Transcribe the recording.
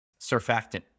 surfactant